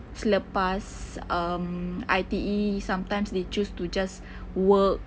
selepas I_T_E they choose to just work